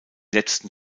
letzten